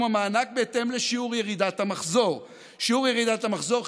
המענק בהתאם לשיעור ירידת המחזור: שיעור ירידת המחזור,